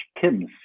Kim's